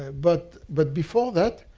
but but before that,